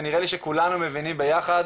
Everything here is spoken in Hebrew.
ונראה לי שכולנו מבינים ביחד